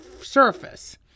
surface